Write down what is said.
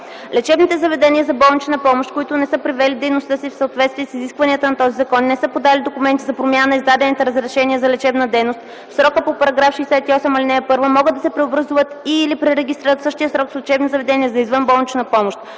Лечебните заведения за болнична помощ, които не са привели дейността си в съответствие с изискванията на този закон и не са подали документи за промяна на издадените разрешения за лечебна дейност в срока по § 68, ал. 1, могат да се преобразуват и/или пререгистрират в същия срок в лечебни заведения за извънболнична помощ.